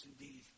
indeed